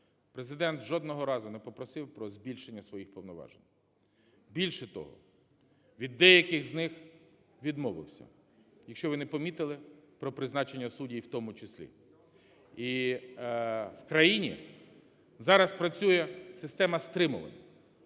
Президент жодного разу не попросив про збільшення своїх повноважень. Більше того, від деяких з них відмовився, якщо ви не помітили, про призначення суддів в тому числі. І в країні зараз працює система стримувань